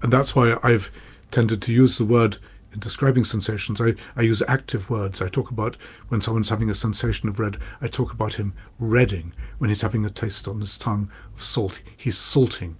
and that's why i've tended to use the word in describing sensations, i i use active words, i talk about when someone's having a sensation of red i talk about him redding when he's having a taste on his tongue of salt, he's salting,